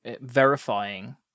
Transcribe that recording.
verifying